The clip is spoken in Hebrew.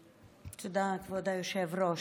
תודה, כבוד היושב-ראש.